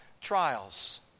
trials